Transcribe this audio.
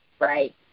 right